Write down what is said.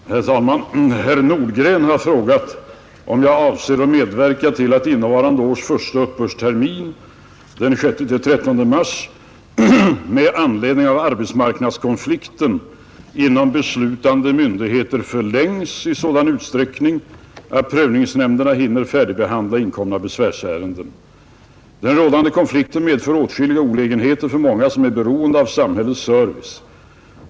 Herr talman! Herr Nordgren har frågat mig, om jag avser att medverka till att innevarande års första uppbördstermin, den 6—13 mars, med anledning av arbetsmarknadskonflikten inom beslutande myndigheter förlängs i sådan utsträckning att prövningsnämnderna hinner färdigbehandla inkomna besvärsärenden. Den rådande konflikten medför åtskilliga olägenheter för många som är beroende av samhällets service.